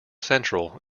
central